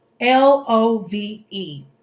L-O-V-E